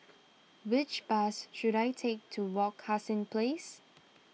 which bus should I take to Wak Hassan Place